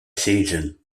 season